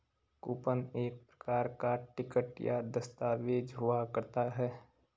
coupon एक प्रकार का टिकट या दस्ताबेज हुआ करता है